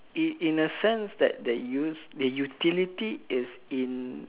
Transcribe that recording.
in in a sense that the use the utility is in